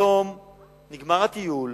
יש לו הרבה צביעות,